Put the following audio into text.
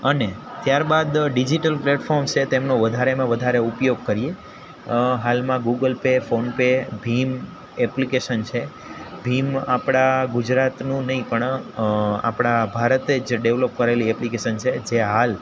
અને ત્યારબાદ digital platform છે તેમનો વધારેમાં વધારે ઉપયોગ કરીએ હાલમાં ગૂગલ પે ફોન પે ભીમ એપ્લિકેશન છે ભીમ આપણા ગુજરાતનું નહીં પણ આપણા ભારતે જ ડેવલપ કરેલી એપ્લિકેશન છે જે હાલ